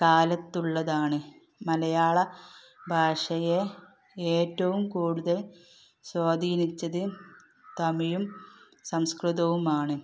കാലത്തുള്ളതാണ് മലയാള ഭാഷയെ ഏറ്റവും കൂടുതൽ സ്വാധീനിച്ചത് തമിഴും സംസ്കൃതവുമാണ്